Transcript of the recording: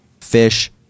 fish